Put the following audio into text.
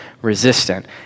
resistant